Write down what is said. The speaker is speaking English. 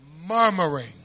Murmuring